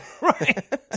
Right